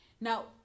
Now